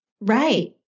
Right